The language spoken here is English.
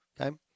Okay